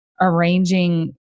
arranging